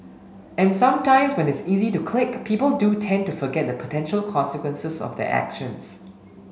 and sometimes when it's so easy to click people do tend to forget the potential consequences of their actions